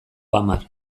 hamar